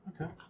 Okay